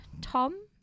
Tom